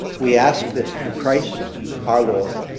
we ask this through christ our lord,